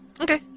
Okay